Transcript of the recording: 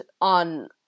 on